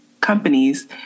companies